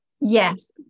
yes